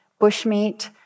bushmeat